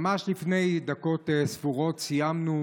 ממש לפני דקות ספורות סיימנו